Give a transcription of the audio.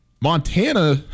Montana